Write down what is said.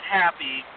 happy